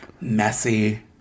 messy